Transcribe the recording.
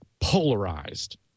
polarized